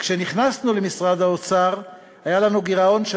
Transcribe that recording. כשנכנסנו למשרד האוצר היה לנו גירעון של